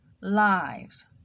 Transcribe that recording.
lives